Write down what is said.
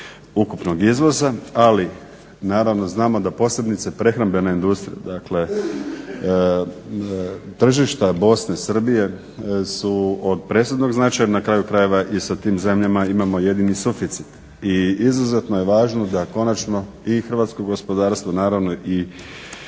ukupnog izvoza ali naravno znamo da posebice prehrambena industrija dakle tržišta Bosne, Srbije su od presudnog značaja na kraju krajeva i sa tim zemljama imamo jedini suficit. I izuzetno je važno da konačno i hrvatsko gospodarstvo, naravno i